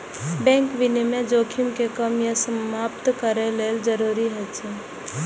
bank विनियमन जोखिम कें कम या समाप्त करै लेल जरूरी होइ छै